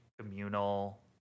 communal